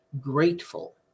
grateful